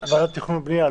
תכנון ובנייה.